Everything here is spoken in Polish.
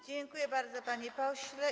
Dziękuję bardzo, panie pośle.